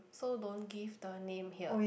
so don't give the name here